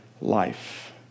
life